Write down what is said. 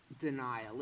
denial